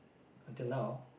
until now